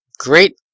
Great